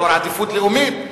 אזור עדיפות לאומית,